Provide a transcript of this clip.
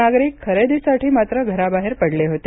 नागरिक खरेदीसाठी मात्र घराबाहेर पडले होते